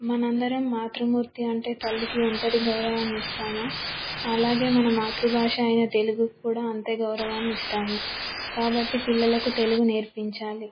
మనందరం మాతృమూర్తి అంటే తల్లికి ఎంతటి గౌరవాన్ని ఇస్తామో అలాగే మన మాతృభాష అయిన తెలుగుకు కూడా అంతే గౌరవాన్ని ఇస్తాము కాబట్టి పిల్లలకు తెలుగు నేర్పించాలి